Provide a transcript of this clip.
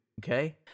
okay